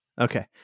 Okay